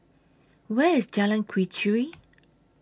Where IS Jalan Quee Chew